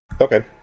Okay